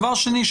דבר שני,